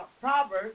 Proverbs